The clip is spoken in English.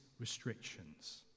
restrictions